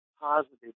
positive